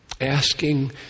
Asking